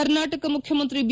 ಕರ್ನಾಟಕದ ಮುಖ್ಯಮಂತ್ರಿ ಬಿ